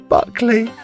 Buckley